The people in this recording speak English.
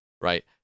right